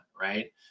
right